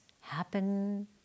happen